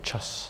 Čas.